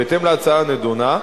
בהתאם להצעה הנדונה,